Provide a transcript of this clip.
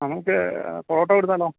എന്നാൽ നമുക്ക് പൊറോട്ട കൊടുത്താലോ